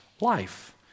life